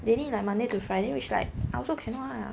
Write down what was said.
they need like monday to friday which like I also cannot lah